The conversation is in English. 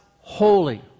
Holy